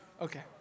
Okay